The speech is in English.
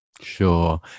Sure